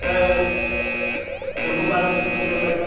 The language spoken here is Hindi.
सर चोकोबार सर कितने का पड़ेगा